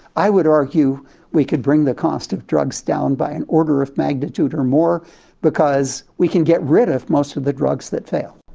i would argue we could bring the cost of drugs down by an order of magnitude or more because we can get rid of most of the drugs that fail.